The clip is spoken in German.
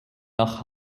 nach